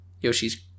Yoshi's